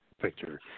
picture